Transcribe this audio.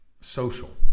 social